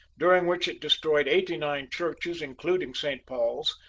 during which it destroyed eighty-nine churches including st. paul's,